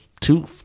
two